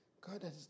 God